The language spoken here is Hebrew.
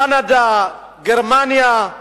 גרמניה,